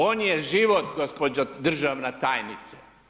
On je život, gospođo državna tajnice.